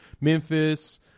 Memphis